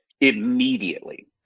immediately